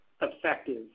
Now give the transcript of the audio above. effective